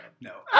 no